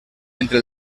entre